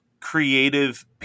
creative